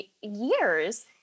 years